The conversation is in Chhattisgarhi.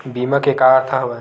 बीमा के का अर्थ हवय?